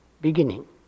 beginning